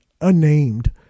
unnamed